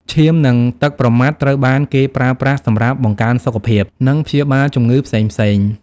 ឈាម និងទឹកប្រមាត់ត្រូវបានគេប្រើប្រាស់សម្រាប់បង្កើនសុខភាព និងព្យាបាលជំងឺផ្សេងៗ។